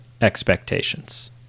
expectations